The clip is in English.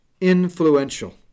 influential